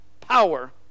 power